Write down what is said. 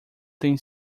tem